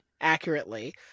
accurately